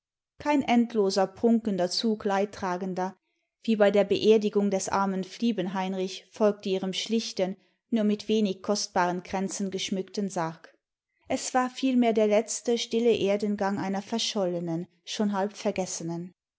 kein endloser prunkender zug leidtragender wie bei der beerdigimg des armen fliebenheinrich folgte ihrem schlichten nur mit wenigen kostbaren kränzen geschmückten sarg es war vielmehr der letzte stille erdengang einer verschollenen schon halb vergessenen